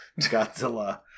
Godzilla